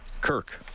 Kirk